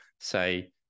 say